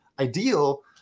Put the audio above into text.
ideal